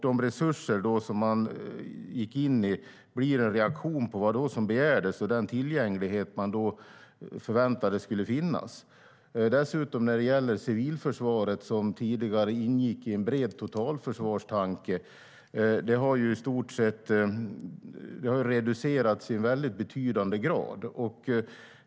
De resurser som man gick in med blir en reaktion på vad som begärdes och den tillgänglighet man förväntade skulle finnas. Dessutom har civilförsvaret, som tidigare ingick i en bred totalförsvarstanke, reducerats i betydande grad.